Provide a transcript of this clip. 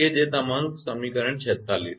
આ તમારુ સમીકરણ 46 છે બરાબર